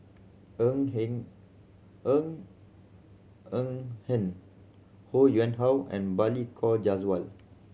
Ng Hen Ng Ng Hen Ho Yuen Hoe and Balli Kaur Jaswal